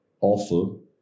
awful